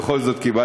אז קודם כול,